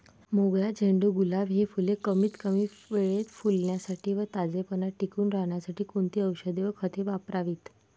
मोगरा, झेंडू, गुलाब हि फूले कमीत कमी वेळेत फुलण्यासाठी व ताजेपणा टिकून राहण्यासाठी कोणती औषधे व खते वापरावीत?